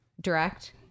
direct